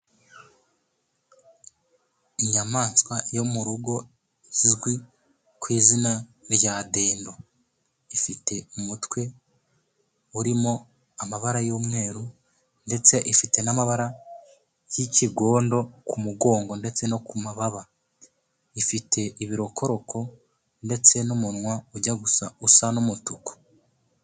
Inyamaswa yo mu rugo izwi ku izina rya dendo ifite umutwe urimo amabara y'umweru ndetse ifite n'amabara y'ikigondo ku mugongo ndetse no ku mababa. Ifite ibirokoroko ndetse n'umunwa ujya gusa usa n'umutuku.